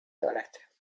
دارد